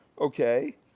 Okay